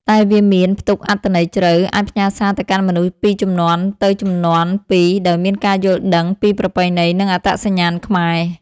តែវាមាន ផ្ទុកអត្ថន័យជ្រៅ អាចផ្ញើសារទៅកាន់មនុស្សពីជំនាន់ទៅជំនាន់ពីរដោយមានការយល់ដឹងពីប្រពៃណី និងអត្តសញ្ញាណខ្មែរ។